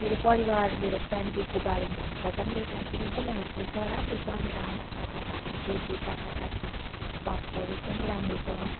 मेरो फ्यामिलीको बारेमा भन्नु पर्दा मेरो फ्यामिली एकदमै हेल्पफुल छ राम्रो छ मेरो आमा बाबा भाइ बोजू काका काकी फुपा फुपूहरू एकदमै राम्रो छ